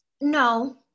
no